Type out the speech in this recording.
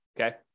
okay